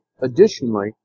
Additionally